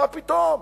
לפחות.